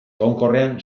egonkorrean